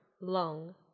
long